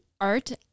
art